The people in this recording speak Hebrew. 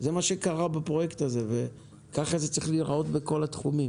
זה מה שקרה בפרויקט הזה וככה זה צריך להיות בכל התחומים.